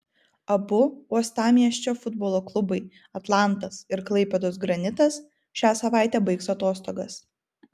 abu uostamiesčio futbolo klubai atlantas ir klaipėdos granitas šią savaitę baigs atostogas